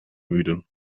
müde